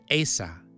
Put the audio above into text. Asa